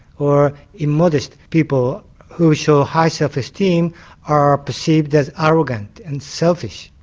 or immodest people who show high self-esteem are perceived as arrogant and selfish.